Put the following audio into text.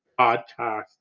podcast